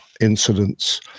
incidents